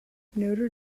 notre